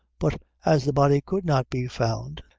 but as the body could not be found,